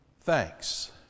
thanks